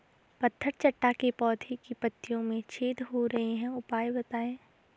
पत्थर चट्टा के पौधें की पत्तियों में छेद हो रहे हैं उपाय बताएं?